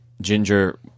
Ginger